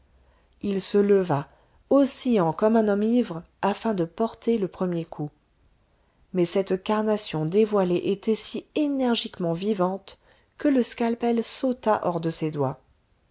il se leva oscillant comme un homme ivre afin de porter le premier coup mais cette carnation dévoilée était si énergiquement vivante que le scalpel sauta hors de ses doigts